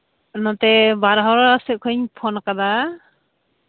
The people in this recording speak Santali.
ᱱᱚᱛᱮ ᱵᱟᱨᱦᱟᱣᱟ ᱥᱮᱫ ᱠᱷᱚᱡ ᱤᱧ ᱯᱷᱳᱱ ᱠᱟᱫᱟ